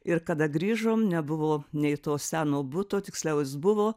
ir kada grįžom nebuvo nei to seno buto tiksliau jis buvo